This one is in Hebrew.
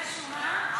אני רשומה?